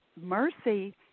Mercy